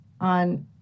on